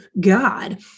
God